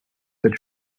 but